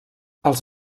els